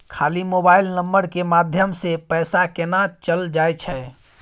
खाली mobile number के माध्यम से पैसा केना चल जायछै?